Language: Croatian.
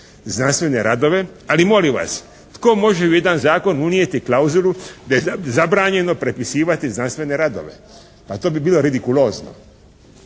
znanstvene radove, ali molim vas, tko može u jedan zakon unijeti klauzulu da je zabranjeno prepisivati znanstvene radove? Pa to bi bilo radikulozno.